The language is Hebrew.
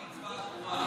הרצפה עקומה.